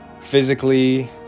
physically